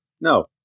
No